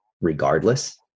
regardless